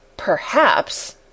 Perhaps